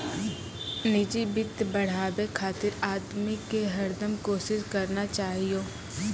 निजी वित्त बढ़ाबे खातिर आदमी के हरदम कोसिस करना चाहियो